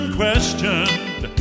questioned